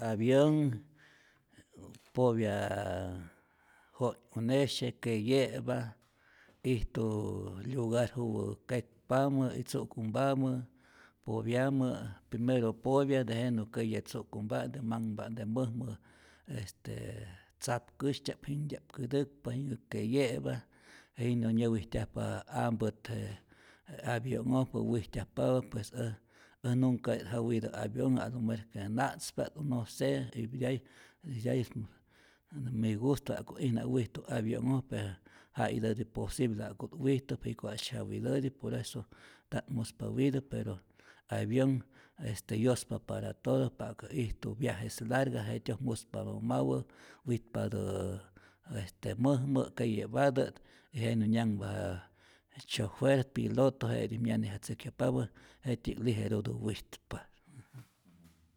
Avionh popya jo't'unesye keye'pa, ijtu lyugar juwä kekpamä y tzu'kumpamä, popyamä, primero popya tejenä keye tzu'kumpa'nte, manhpa'nte mäjmä este tzapkyästya'p, jinhtya'p kätäkpa, jinhä keye'pa jinhä nyäwijtyajpa ampät, je je avionhoj po wijtyajpapä, pues äj äj nuncati't ja witä avionh almejor que na'tzpa't, no se itiay itiay ä ä ät mi gusto ja'kut'ijna wijtu avionh'oj, pero ja'itäti posible ja'ku't wijtu, jiko'ajtzye ja witäti, por eso nta't muspa witä, pero avionh este yospa para todo, ja'ku ijtu viajes largas jetyoj muspatä mawä, witpatä mäjmä, keye'patä y jenä nyanhpa je chofer, pyiloto je'tij myanejatzäjkyajpapä jetyji'k lijerutä witpa.